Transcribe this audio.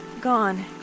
gone